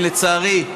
לצערי,